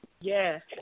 Yes